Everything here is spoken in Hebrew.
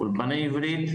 אולפני יהודית,